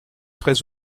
très